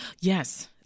yes